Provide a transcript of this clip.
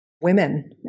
women